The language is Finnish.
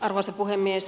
arvoisa puhemies